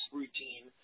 routine